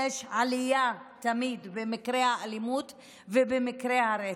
יש תמיד עלייה במקרי האלימות ובמקרי הרצח.